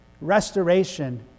restoration